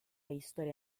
historia